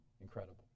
Incredible